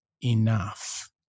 enough